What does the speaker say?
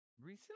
Recently